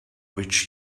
which